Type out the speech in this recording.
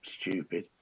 stupid